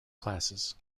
classes